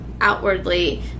outwardly